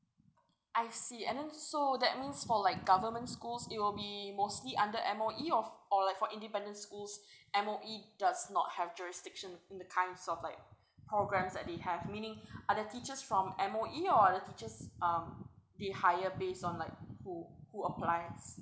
I see and then so that means for like government schools it will be mostly under M_O_E or or like for independent schools M_O_E does not have jurisdiction in the kinds of like programs that they have meaning are the teachers from M_O_E or the teachers um they hire based on like who who applies